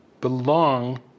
belong